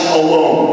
alone